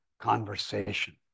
conversation